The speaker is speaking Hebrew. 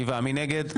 7 נגד,